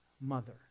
mother